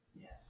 Yes